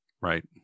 Right